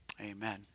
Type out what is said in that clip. Amen